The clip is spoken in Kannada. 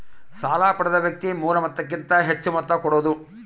ಸಾಲ ಪಡೆದ ವ್ಯಕ್ತಿ ಮೂಲ ಮೊತ್ತಕ್ಕಿಂತ ಹೆಚ್ಹು ಮೊತ್ತ ಕೊಡೋದು